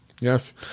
Yes